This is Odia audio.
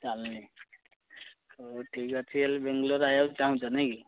ଚାଲୁନି ହଉ ଠିକ୍ ଅଛି ହେଲେ ବେଙ୍ଗଲୋର ଆଇବାକୁ ଚାହୁଁଛ ନେଇଁକି